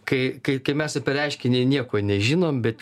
kai kai mes apie reiškinį nieko nežinom bet